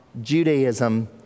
Judaism